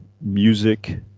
music